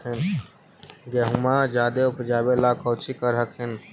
गेहुमा जायदे उपजाबे ला कौची कर हखिन?